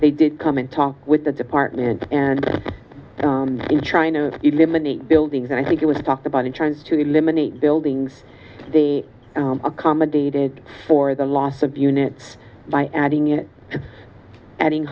they did come and talk with the department and is trying to eliminate buildings and i think it was talked about in trying to eliminate buildings the accommodated for the loss of units by adding it adding